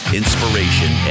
inspiration